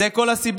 זאת כל הסיבה.